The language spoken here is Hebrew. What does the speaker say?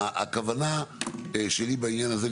הכוונה שלי בעניין הזה,